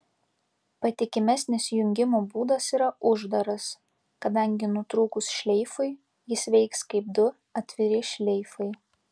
patikimesnis jungimo būdas yra uždaras kadangi nutrūkus šleifui jis veiks kaip du atviri šleifai